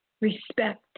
Respect